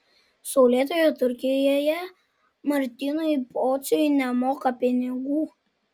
saulėtoje turkijoje martynui pociui nemoka pinigų